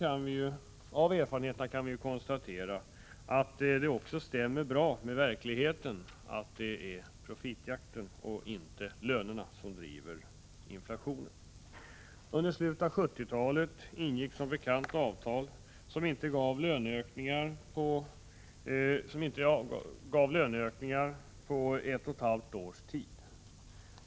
Av erfarenhet kan vi konstatera att det också stämmer bra med verkligheten att det är profitjakten och inte lönerna som driver inflationen. Under slutet av 1970-talet ingicks som bekant avtal som inte gav några löneökningar på ett och ett halvt års tid.